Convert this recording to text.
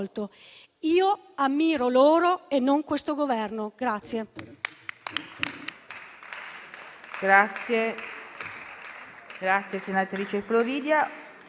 Io ammiro loro e non questo Governo.